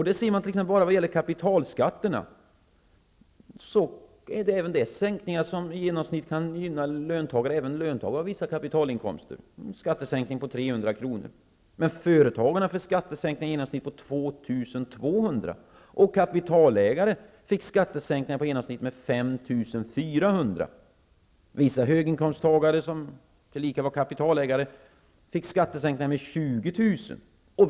Där ser man att när det gäller kapitalskatterna, finns det även där sänkningar som i genomsnitt kan gynna löntagare. Även löntagare har vissa kapitalinkomster. Det blev en skattesänkning på ca 300 kr., men företagarna fick skattesänkningar på i genomsnitt 2 200 kr. och kapitalägare på i genomsnitt 5 400 kr. Vissa höginkomsttagare som tillika är kapitalägare fick skattesänkningar på 20 000 kr.